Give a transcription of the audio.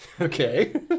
Okay